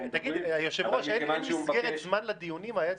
היושב-ראש, אין מסגרת זמן לדיונים?